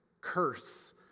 curse